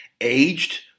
aged